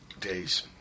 days